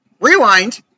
rewind